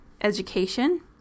education